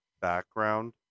background